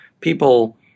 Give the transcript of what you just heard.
people